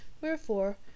wherefore